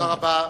תודה רבה.